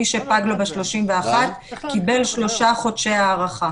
מי שפג לו ב-31 קיבל שלושה חודשים הארכה.